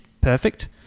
perfect